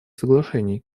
соглашений